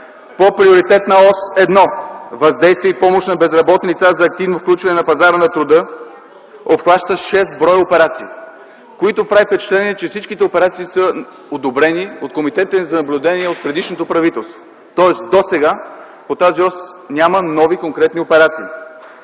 по Приоритетна ос 1 – „Въздействие и помощ на безработни лица за активно включване на пазара на труда”, обхваща 6 броя операции, което прави впечатление, че всичките операции са одобрени от Комитета за наблюдение от предишното правителство. Тоест досега по тази ос няма нови конкретни операции.